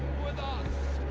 with us,